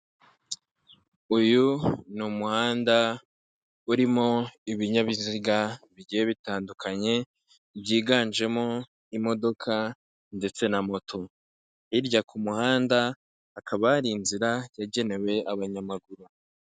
Uyu ni umuhanda urimo ibinyabiziga bigiye bitandukanye byiganjemo imodoka ndetse na moto, hirya ku kumuhanda hakaba hari inzira yagenewe abanyamaguru.